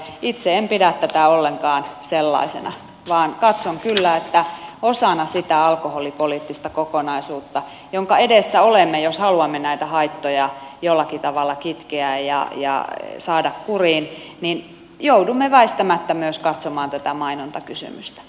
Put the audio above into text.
itse en pidä tätä ollenkaan sellaisena vaan katson kyllä että osana sitä alkoholipoliittista kokonaisuutta jonka edessä olemme jos haluamme näitä haittoja jollakin tavalla kitkeä ja saada kuriin joudumme väistämättä katsomaan myös tätä mainontakysymystä